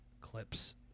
clips